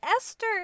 Esther